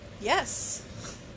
Yes